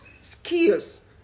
skills